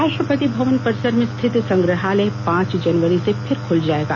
राष्ट्रपति भवन परिसर में स्थित संग्रहालय पांच जनवरी से फिर खुल जाएगा